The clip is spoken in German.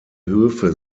höfe